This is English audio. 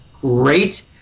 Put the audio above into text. great